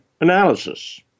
analysis